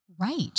Right